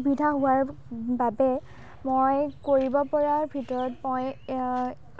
সুবিধা হোৱাৰ বাবে মই কৰিব পৰাৰ ভিতৰত মই